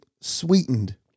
sweetened